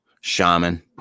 Shaman